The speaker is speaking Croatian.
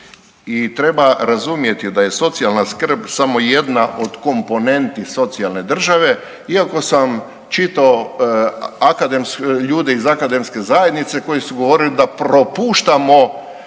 treba razumjeti da je socijalna skrb samo jedna od komponenti socijalne države iako sam čitao ljude iz akademske zajednice koji su govorili da propuštamo